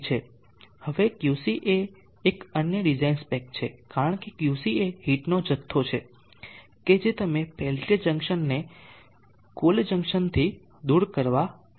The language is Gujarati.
હવે QC એ એક અન્ય ડિઝાઇન સ્પેક છે કારણ કે QC એ હીટનો જથ્થો છે કે જે તમે પેલ્ટિયર જંકશનને કોલ્ડ જંકશનથી દૂર કરવા પડશે